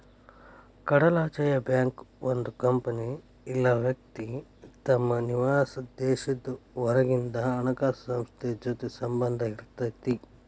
ಕಡಲಾಚೆಯ ಬ್ಯಾಂಕ್ ಒಂದ್ ಕಂಪನಿ ಇಲ್ಲಾ ವ್ಯಕ್ತಿ ತಮ್ ನಿವಾಸಾದ್ ದೇಶದ್ ಹೊರಗಿಂದ್ ಹಣಕಾಸ್ ಸಂಸ್ಥೆ ಜೊತಿ ಸಂಬಂಧ್ ಇರತೈತಿ